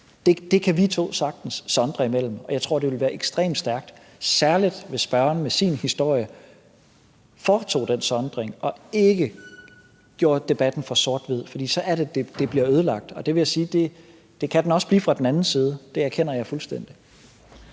Det kan vi to sagtens sondre imellem, og jeg tror det ville være ekstremt stærkt, særlig hvis spørgeren – med sin historie – foretog den sondring og ikke gjorde debatten for sort-hvid. For så er det, den bliver ødelagt. Og jeg vil sige, at det kan den også blive fra den anden side. Det erkender jeg fuldstændig.